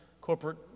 corporate